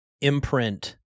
imprint